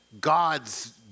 God's